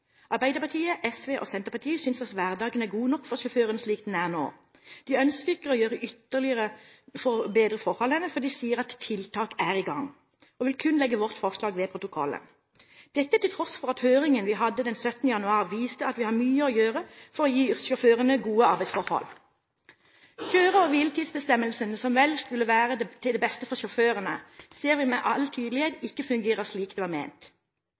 Arbeiderpartiet, SV og Senterpartiet synes at hverdagen er god nok for sjåførene slik den er nå. De ønsker ikke å gjøre noe ytterligere for å bedre forholdene, for de sier tiltak er i gang, og vil kun legge vårt forslag ved protokollen – dette til tross for at høringen vi hadde den 17. januar, viste at vi har mye å gjøre for å gi yrkessjåførene gode arbeidsforhold. Kjøre- og hviletidsbestemmelsene, som vel skulle være til det beste for sjåførene, ser vi med all tydelighet ikke fungerer slik de var ment.